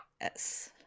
Yes